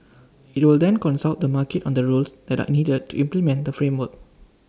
IT will then consult the market on the rules that are needed to implement the framework